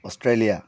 Australia